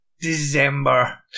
December